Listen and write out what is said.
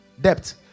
debt